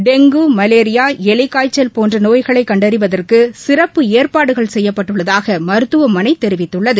dengue malaria எலி காய்ச்சல் போன்ற நோய்களை கண்டறிவதற்கு சிறப்பு ஏற்பாடுகள் செய்யப்பட்டுள்ளதாக மருத்துவமனை தெரிவித்துள்ளது